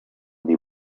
they